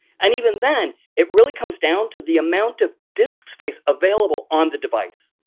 and even then, it really comes down to the amount of disk space available on the device.